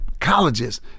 colleges